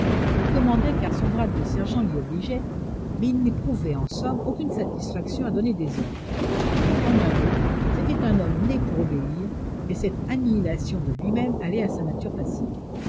il commandait car son grade de sergent l'y obligeait mais il n'éprouvait en somme aucune satisfaction à donner des ordres en un mot c'était un homme né pour obéir et cette annihilation de lui-même allait à sa nature passive